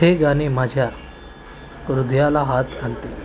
हे गाणे माझ्या हृदयाला हात घालते